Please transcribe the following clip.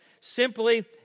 simply